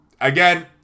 Again